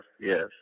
yes